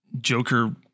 Joker